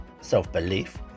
self-belief